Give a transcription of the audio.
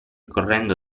correndo